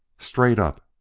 straight up,